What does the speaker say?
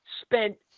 spent